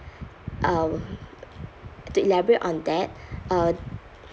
um to elaborate on that uh